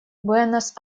буэнос